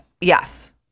Yes